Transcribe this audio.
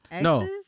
no